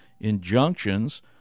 injunctions